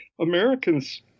Americans